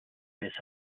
his